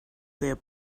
their